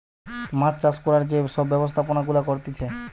মাছ চাষ করার যে সব ব্যবস্থাপনা গুলা করতিছে